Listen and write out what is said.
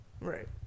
Right